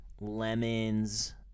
lemons